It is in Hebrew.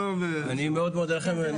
אני מאוד מודה לכם ,